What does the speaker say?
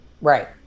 right